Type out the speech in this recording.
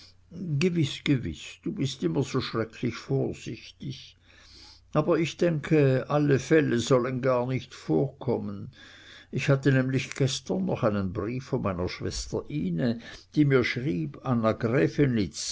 gewiß gewiß du bist immer so schrecklich vorsichtig aber ich denke alle fälle sollen gar nicht kommen ich hatte nämlich gestern noch einen brief von meiner schwester ine die mir schrieb anna